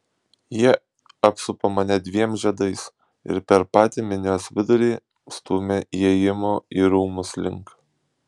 jie apsupo mane dviem žiedais ir per patį minios vidurį stūmė įėjimo į rūmus link